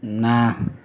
ନା